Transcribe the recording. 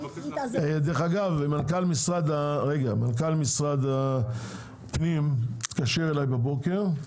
דרך אגב מנכ"ל משרד הפנים התקשר אלי בבוקר,